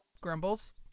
grumbles